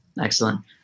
Excellent